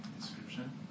description